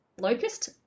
locust